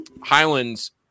Highlands